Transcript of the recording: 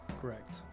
Correct